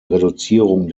reduzierung